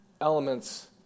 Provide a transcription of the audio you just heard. elements